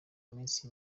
munsi